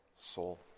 soul